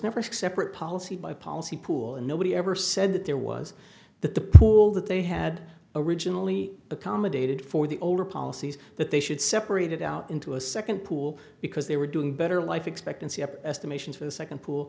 never separate policy by policy pool and nobody ever said that there was the all that they had originally accommodated for the older policies that they should separated out into a second pool because they were doing better life expectancy up estimations for the second pool